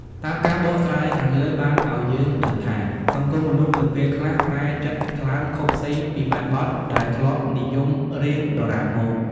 តាមការបកស្រាយខាងលើបានអោយយើងដឹងថា សង្គមមនុស្ស នៅពេលខ្លះ ប្រែចិត្តថ្លើមខុសផ្សេងពីបែបបទដែលធ្លាប់និយមរៀងដរាបមក។